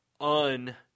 un-